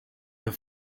the